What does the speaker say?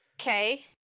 Okay